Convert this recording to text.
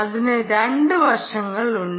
അതിന് രണ്ട് വശങ്ങളുണ്ട്